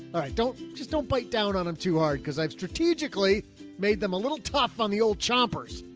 don't just don't bite down on them too hard. cause i've strategically made them a little tough on the old chompers.